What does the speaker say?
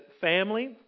family